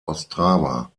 ostrava